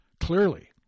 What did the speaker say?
Clearly